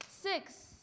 six